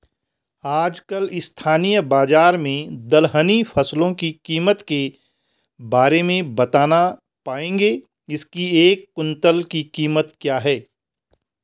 आजकल स्थानीय बाज़ार में दलहनी फसलों की कीमत के बारे में बताना पाएंगे इसकी एक कुन्तल की कीमत क्या है?